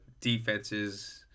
defenses